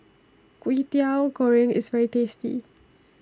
Kwetiau Goreng IS very tasty